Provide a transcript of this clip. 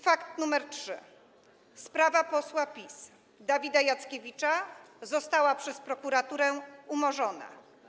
Fakt nr 3: Sprawa posła PiS Dawida Jackiewicza została przez prokuraturę umorzona.